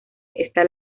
está